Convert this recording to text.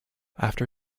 after